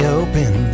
open